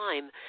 time